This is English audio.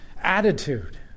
attitude